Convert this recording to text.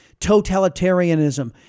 totalitarianism